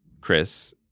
Chris